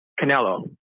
Canelo